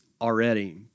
already